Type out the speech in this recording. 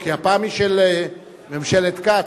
כי הפעם היא של ממשלת כץ,